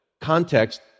Context